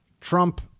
Trump